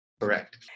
Correct